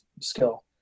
skill